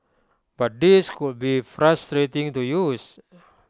but these could be frustrating to use